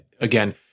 again